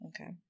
Okay